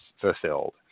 fulfilled